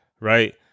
right